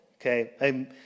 Okay